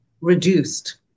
reduced